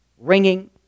ringing